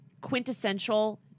quintessential